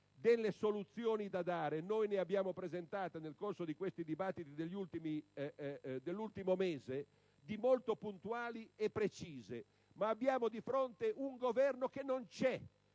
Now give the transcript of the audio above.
delle soluzioni da dare. Noi ne abbiamo presentate, nel corso delle discussioni dell'ultimo mese, di molto puntuali e precise, ma abbiamo di fronte un Governo che non c'è,